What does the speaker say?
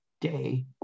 day